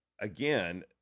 again